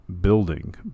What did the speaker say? building